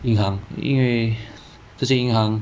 银行因为这家银行